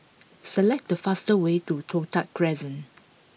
select the fastest way to Toh Tuck Crescent